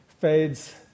fades